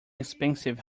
expensive